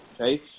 Okay